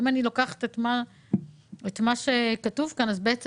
לפי מה שכתוב כאן לא עלינו,